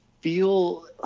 feel